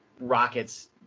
Rockets